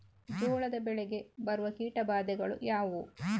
ಜೋಳದ ಬೆಳೆಗೆ ಬರುವ ಕೀಟಬಾಧೆಗಳು ಯಾವುವು?